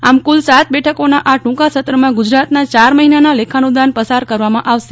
આમ કુલ સાત બેઠકોના આ ટૂંકા સત્રમાં ગુજરાતના ચાર મહિનાના લેખાનુદાન પસાર કરવામાં આવશે